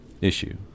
issue